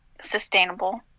sustainable